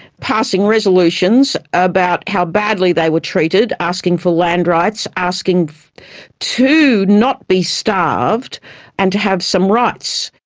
passing resolutions about how badly they were treated, asking for land rights, asking to not be starved and to have some rights.